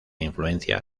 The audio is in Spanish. influencia